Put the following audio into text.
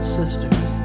sisters